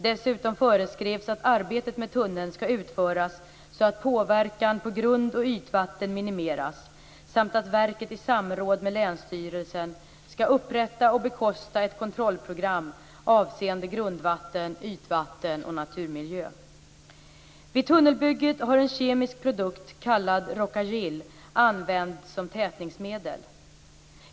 Dessutom föreskrevs att arbetet med tunneln skall utföras så att påverkan på grundoch ytvatten minimeras samt att verket i samråd med länsstyrelsen skall upprätta och bekosta ett kontrollprogram avseende grundvatten, ytvatten och naturmiljö. Rhoca-Gil använts som tätningsmedel.